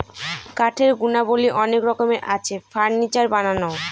কাঠের গুণাবলী অনেক রকমের আছে, ফার্নিচার বানানো